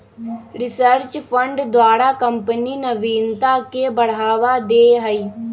research fund द्वारा company नविनता के बढ़ावा दे हइ